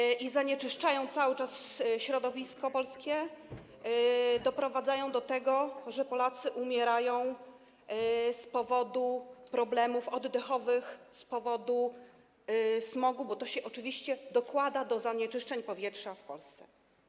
One cały czas zanieczyszczają polskie środowisko i doprowadzają do tego, że Polacy umierają z powodu problemów oddechowych, z powodu smogu, bo to się oczywiście dokłada do zanieczyszczeń powietrza w Polsce.